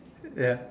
ya